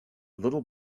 little